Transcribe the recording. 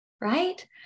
right